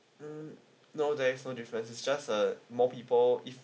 mm no there is no difference just uh more people if